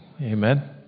Amen